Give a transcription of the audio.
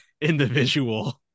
individual